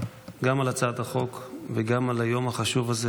גם על הצעת החוק וגם על היום החשוב הזה.